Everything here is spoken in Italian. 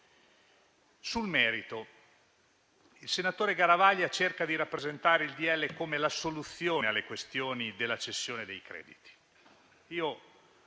Sul merito, il senatore Garavaglia cerca di rappresentare il decreto-legge come la soluzione alla questione della cessione dei crediti.